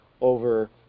over